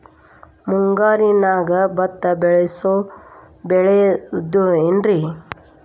ಮುಂಗಾರಿನ್ಯಾಗ ಭತ್ತ ಬೆಳಿಬೊದೇನ್ರೇ?